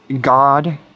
God